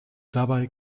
dabei